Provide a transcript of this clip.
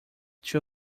two